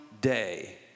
day